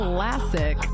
Classic